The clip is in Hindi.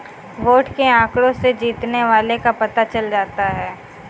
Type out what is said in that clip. वोट के आंकड़ों से जीतने वाले का पता चल जाता है